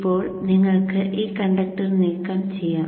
ഇപ്പോൾ നിങ്ങൾക്ക് ഈ കണ്ടക്ടർ നീക്കം ചെയ്യാം